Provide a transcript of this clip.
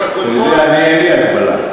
אתה יודע, אני, אין לי הגבלה.